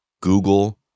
Google